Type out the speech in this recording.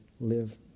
live